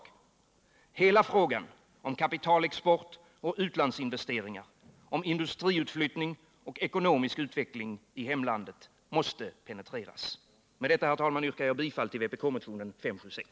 Hela frågan om kapitalexport och utlandsinvesteringar, om industriutflyttning och ekonomisk utveckling i hemlandet måste penetreras. Med detta, herr talman, yrkar jag bifall till vpk-motionen 576.